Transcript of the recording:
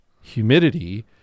humidity